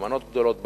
במנות גדולות,